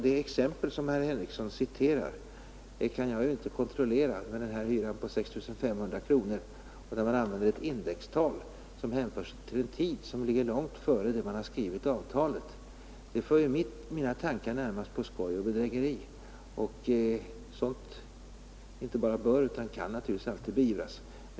Det exempel som herr Henrikson åberopade kan jag inte kontrollera, men hyran på 6 500 kronor och ett indextal som hänför sig till en tid som ligger långt före den dag man skrivit avtalet för mina tankar närmast till skoj och bedrägeri, och sådant inte bara bör utan kan naturligtvis alltid beivras.